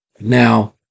Now